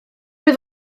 wyf